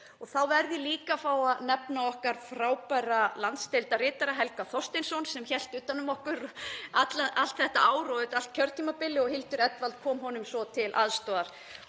Þá verð ég líka að fá að nefna okkar frábæra landsdeildarritara, Helga Þorsteinsson, sem hélt utan um okkur allt þetta ár og auðvitað allt kjörtímabilið, og Hildur Edwald kom honum svo til aðstoðar.